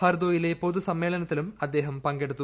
ഹർദോയിലെ പൊതുസമ്മേളനത്തിലും അദ്ദേഹം പങ്കെടുത്തു